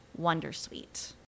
Wondersuite